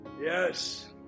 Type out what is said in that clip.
Yes